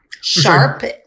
sharp